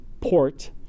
port